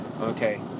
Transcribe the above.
Okay